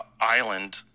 island